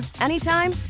anytime